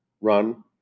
run